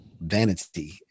vanity